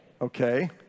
Okay